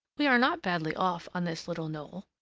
we are not badly off on this little knoll.